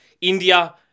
India